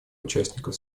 участников